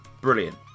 Brilliant